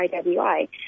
IWI